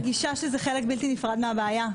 אני מרגישה שזה חלק בלתי נפרד מהבעיה,